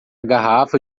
garrafa